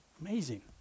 Amazing